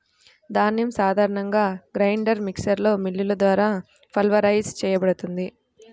ధాన్యం సాధారణంగా గ్రైండర్ మిక్సర్లో మిల్లులు ద్వారా పల్వరైజ్ చేయబడుతుంది